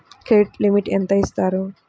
Credit limit ఎంత ఇస్తారు?